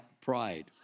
pride